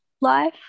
life